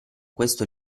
questo